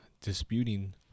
disputing